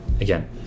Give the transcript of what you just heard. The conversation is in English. Again